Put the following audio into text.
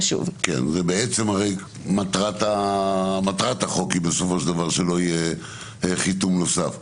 מטרת החוק זה שלא יהיה חיתום נוסף.